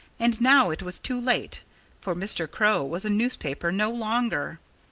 and now it was too late for mr. crow was a newspaper no longer.